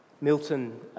Milton